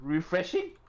Refreshing